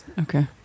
Okay